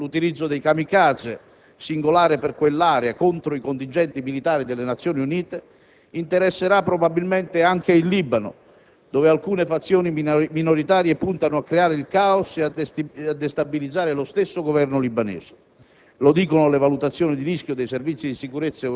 L'irachizzazione del conflitto afgano, l'utilizzo dei kamikaze, singolare per quell'area, contro i contingenti militari delle Nazioni Unite, interesserà probabilmente anche il Libano, dove alcune fazioni minoritarie puntano a creare il caos e a destabilizzare lo stesso Governo libanese.